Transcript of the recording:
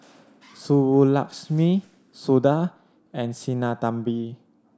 Subbulakshmi Suda and Sinnathamby